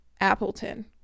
Appleton